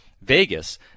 Vegas